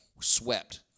swept